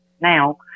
now